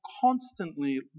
constantly